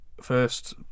first